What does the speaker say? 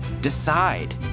Decide